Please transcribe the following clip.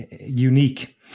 unique